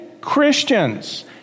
Christians